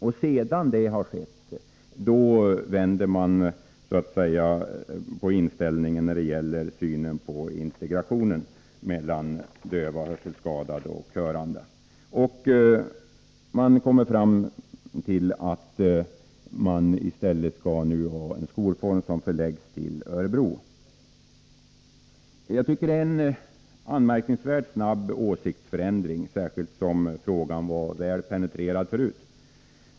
Därefter har man ändrat synen på integrationen mellan döva, hörselskadade och hörande, och nu skall skolan i stället förläggas till Örebro. Jag tycker att det är en anmärkningsvärt snabb åsiktsförändring, särskilt som frågan var väl penetrerad förut.